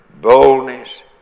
boldness